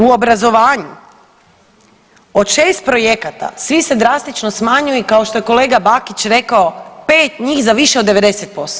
U obrazovanju od 6 projekata svi se drastično smanjuju i kao što je kolega Bakić rekao, 5 njih za više od 90%